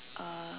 uh